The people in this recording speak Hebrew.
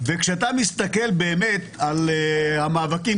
וכשאתה מסתכל באמת על המאבקים,